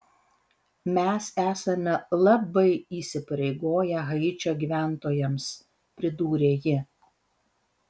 mes esame labai įsipareigoję haičio gyventojams pridūrė ji